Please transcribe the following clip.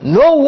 no